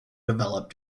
develop